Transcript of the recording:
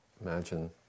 Imagine